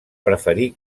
preferir